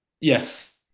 Yes